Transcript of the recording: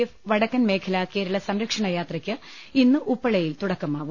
F വടക്കൻമേഖലാ കേരള സംരക്ഷണ യാത്രക്ക് ഇന്ന് ഉപ്പളയിൽ തുടക്കമാവും